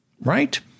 Right